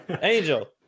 Angel